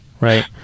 right